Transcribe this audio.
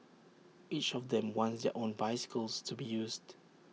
each of them wants their own bicycles to be used